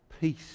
peace